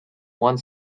one